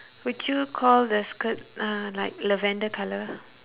would you call the skirt uh like lavender colour